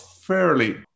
fairly